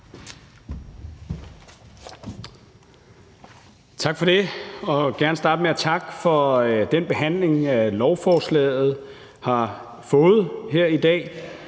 Tak for det. Jeg vil gerne starte med at takke for den behandling, lovforslaget har fået her i dag.